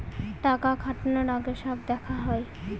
টাকা খাটানোর আগে সব দেখা হয়